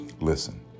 Listen